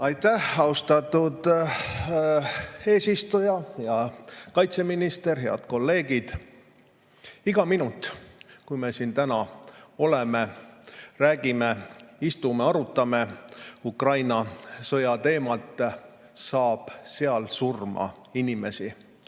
Aitäh, austatud eesistuja! Hea kaitseminister! Head kolleegid! Iga minut, kui me täna siin oleme, räägime, istume, arutame Ukraina sõja teemal, saab seal surma inimesi.